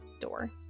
door